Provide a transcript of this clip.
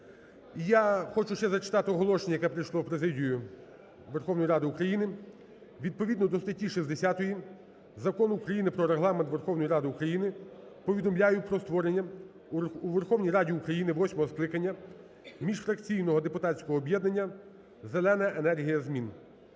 я хочу ще зачитати оголошення, яке прийшло в Президію Верховної Ради України. Відповідно до статті 60 Закону України "Про Регламент Верховної Ради України" повідомляю про створення у Верховній Раді України восьмого скликання міжфракційного депутатського об'єднання "Зелена енергія змін".